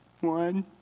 One